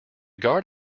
guard